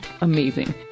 amazing